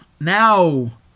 now